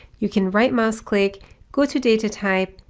you can right mouse click go to data type,